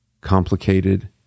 complicated